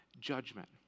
Judgment